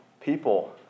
People